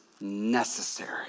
necessary